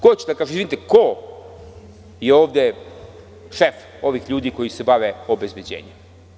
Ko će da kaže - ko je ovde šef tih ljudi koji se bave obezbeđenjem?